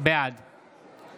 בעד